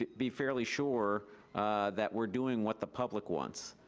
be fairly sure that we're doing what the public wants.